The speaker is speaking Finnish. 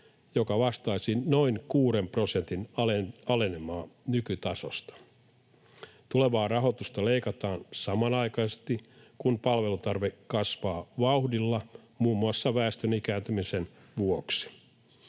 joka vastaisi noin kuuden prosentin alenemaa nykytasosta. Tulevaa rahoitusta leikataan samanaikaisesti kun palvelutarve kasvaa vauhdilla muun muassa väestön ikääntymisen vuoksi.